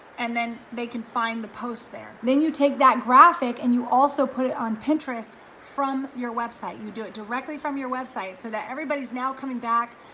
and then they can find the post there. then you take that graphic and you also put it on pinterest from your website. you do it directly from your website so that everybody's now coming back,